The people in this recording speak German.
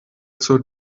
zur